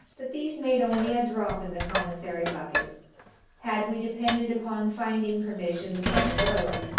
but these made only a drop in the commissary bucket had we depended upon finding provisions on the road,